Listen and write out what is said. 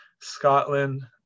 scotland